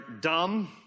dumb